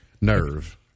nerve